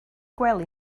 gwely